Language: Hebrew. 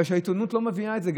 בגלל שהעיתונות לא מביאה את זה.